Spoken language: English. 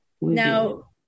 Now